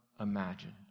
imagine